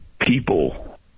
people